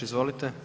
Izvolite.